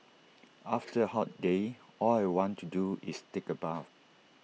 after A hot day all I want to do is take A bath